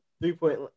three-point